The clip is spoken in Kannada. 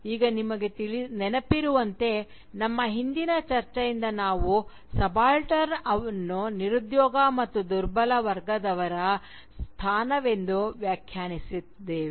ಈಗ ನಿಮಗೆ ನೆನಪಿರುವಂತೆ ನಮ್ಮ ಹಿಂದಿನ ಚರ್ಚೆಯಿಂದ ನಾವು ಸಬಾಲ್ಟರ್ನ್ ಅನ್ನು ನಿರುದ್ಯೋಗ ಮತ್ತು ದುರ್ಬಲ ವರ್ಗದವರ ಸ್ಥಾನವೆಂದು ವ್ಯಾಖ್ಯಾನಿಸಿದ್ದೇವೆ